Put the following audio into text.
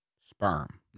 Sperm